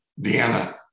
Deanna